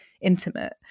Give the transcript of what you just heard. intimate